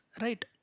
right